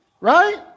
Right